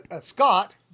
scott